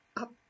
up